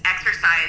exercise